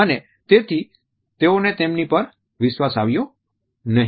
અને તેથી તેઓને તેમની પર વિશ્વાસ આવ્યો નહી